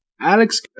alex